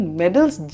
medals